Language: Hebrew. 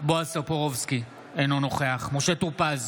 בועז טופורובסקי, אינו נוכח משה טור פז,